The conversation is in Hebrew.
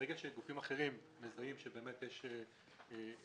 ברגע שגופים אחרים מזהים שבאמת יש עבירות